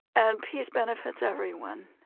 and peace benefits everyone.